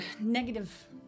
negative